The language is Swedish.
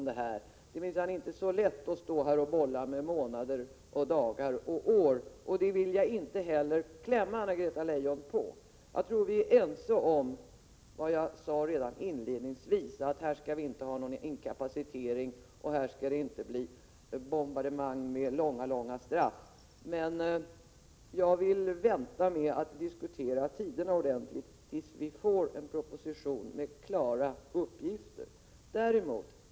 Det är minsann inte så lätt att stå här och bolla med månader, dagar och år, och jag vill inte heller klämma Anna-Greta Leijon på besked i det avseendet. Jag tror att vi är ense om vad jag sade redan inledningsvis, att här skall vi inte ha inkapacitering, och här skall det inte bli bombardemang med långa, långa straff. Men jag vill vänta med att diskutera tiderna ordentligt tills vi får en proposition med klara uppgifter.